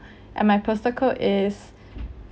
and my postal code is